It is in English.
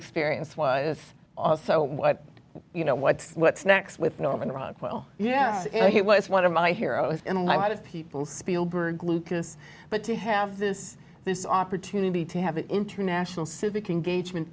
experience was also what you know what what's next with norman rockwell yes you know he was one of my heroes in a lot of people spielberg lucas but to have this this opportunity to have an international civic engagement